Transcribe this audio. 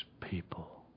people